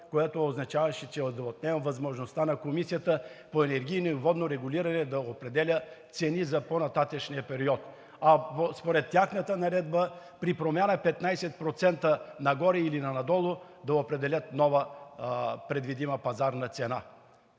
Закона означава, че отнемате възможността на Комисията за енергийно и водно регулиране да определя цените за по-нататъшния период, а според тяхната наредба при промяна с 15% нагоре или надолу да определят нова пазарна цена?!